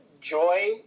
Joy